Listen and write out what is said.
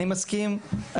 אני מסכים,